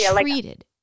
treated